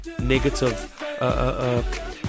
negative